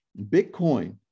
Bitcoin